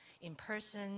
in-person